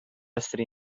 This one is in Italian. essere